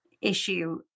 Issue